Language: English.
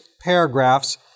paragraphs